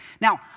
Now